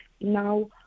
Now